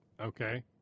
okay